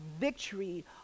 victory